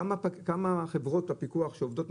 כמה חברות פיקוח שעובדות,